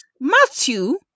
Matthew